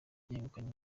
yegukanye